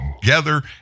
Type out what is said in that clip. together